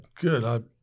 good